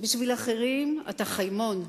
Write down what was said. בשביל אחרים אתה חיימון.